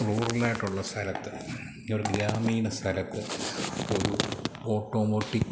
rural ആയിട്ടുള്ള സ്ഥലത്ത് ഒരു ഗ്രാമീണ സ്ഥലത്ത് ഒരു ഓട്ടോമോട്ടിക്ക്